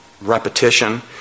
repetition